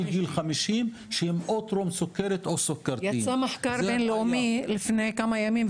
יצא מחקר בין לאומי לפני כמה ימים,